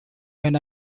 when